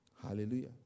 Hallelujah